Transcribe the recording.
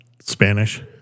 Spanish